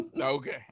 okay